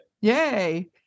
Yay